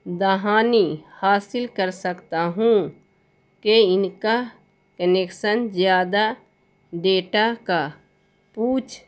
دہانی حاصل کر سکتا ہوں کہ ان کا کنیکشن زیادہ ڈیٹا کا پوچھ